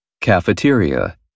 cafeteria